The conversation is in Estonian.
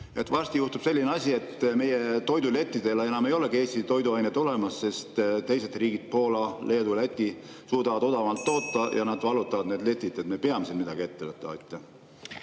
Varsti juhtub selline asi, et meie toidulettidel enam ei olegi Eesti toiduaineid olemas, sest teised riigid – Poola, Leedu ja Läti – suudavad odavamalt toota ja nad vallutavad need letid. Me peame siin midagi ette võtma.